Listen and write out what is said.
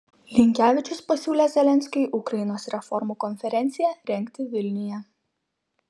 linkevičius pasiūlė zelenskiui ukrainos reformų konferenciją rengti vilniuje